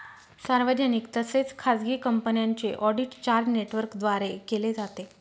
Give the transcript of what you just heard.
सार्वजनिक तसेच खाजगी कंपन्यांचे ऑडिट चार नेटवर्कद्वारे केले जाते